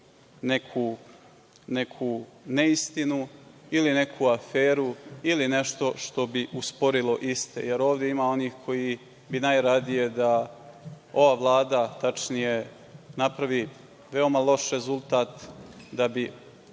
neku neistinu ili neku aferu ili nešto što bi usporilo iste, jer ovde ima onih koji bi najradije da ova Vlada, tačnije, napravi veoma loš rezultat, da bi